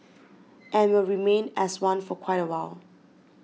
and will remain as one for quite a while